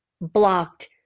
blocked